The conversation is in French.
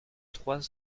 trois